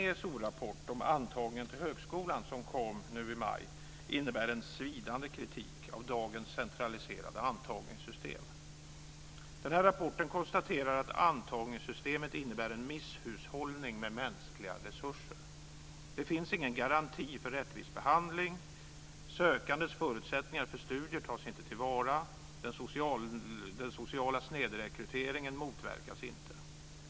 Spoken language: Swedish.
ESO rapporten om antagningen till högskolan som kom nu i maj innebär en svidande kritik av dagens centraliserade antagningssystem. Rapporten konstaterar att antagningssystemet innebär en misshushållning med mänskliga resurser. Det finns ingen garanti för rättvis behandling. Sökandes förutsättningar för studier tas inte till vara. Den sociala snedrekryteringen motverkas inte.